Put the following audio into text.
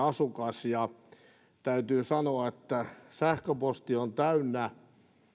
asukas ja täytyy sanoa että sähköposti on täynnä